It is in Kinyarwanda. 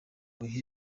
bihe